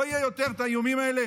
לא יהיו יותר האיומים האלה.